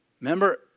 Remember